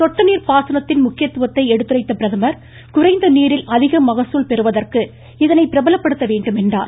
சொட்டு நீர் பாசனத்தின் முக்கியத்துவத்தை எடுத்துரைத்த பிரதமர் குறைந்த நீரில் அதிக மகசூல் பெறுவதற்கு இதனை பிரபலப்படுத்த வேண்டும் என்றார்